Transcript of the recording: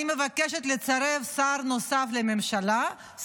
אני מבקשת לצרף שר נוסף לממשלה,